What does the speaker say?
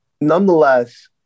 nonetheless